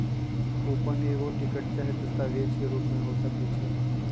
coupon एगो ticket चाहे दस्तावेज के रूप में हो सकइ छै